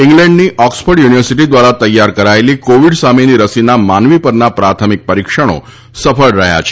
ઇંગ્લેન્ડની Oxford university દ્વારા તૈયાર કરાયેલી કોવિડ સામેની રસીના માનવી પરના પ્રાથમિક પરિક્ષણો સફળ રહ્યા છે